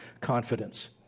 confidence